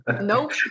nope